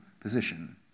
position